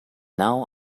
now